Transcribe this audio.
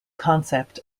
concept